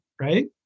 right